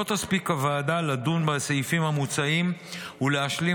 לא תספיק הוועדה לדון בסעיפים המוצעים ולהשלים